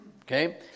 Okay